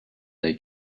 they